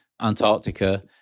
Antarctica